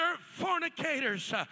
fornicators